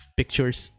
pictures